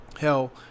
Hell